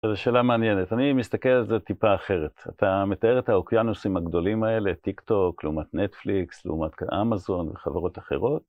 זו שאלה מעניינת, אני מסתכל על זה טיפה אחרת. אתה מתאר את האוקיינוסים הגדולים האלה, טיק טוק, לעומת נטפליקס, לעומת אמזון וחברות אחרות,